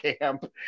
camp